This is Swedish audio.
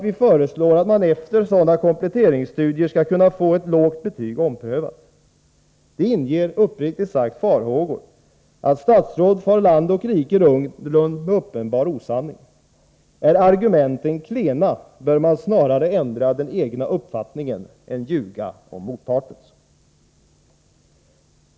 Vi föreslår att man efter sådana kompletteringsstudier skall kunna få ett lågt betyg omprövat. Det inger uppriktigt sagt farhågor att statsråd far land och rike runt med uppenbar osanning. Är argumenten klena bör man snarare ändra den egna uppfattningen än ljuga om motpartens.